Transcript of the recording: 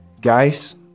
Guys